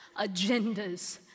agendas